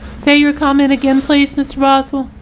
say your comment again, please miss roswell.